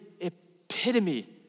epitome